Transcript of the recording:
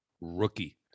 rookie